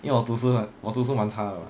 因为我读书我读书蛮差的 [what]